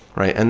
right? and